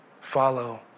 follow